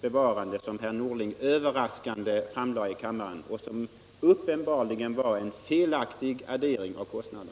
bevarande som herr Norling överraskande framlade i kammaren och som uppenbarligen var en felaktig addering av dessa kostnader.